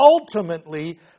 ultimately